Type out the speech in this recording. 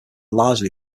largely